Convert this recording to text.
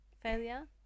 Failure